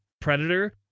predator